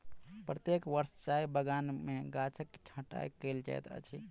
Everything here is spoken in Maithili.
प्रत्येक वर्ष चाय बगान में गाछक छंटाई कयल जाइत अछि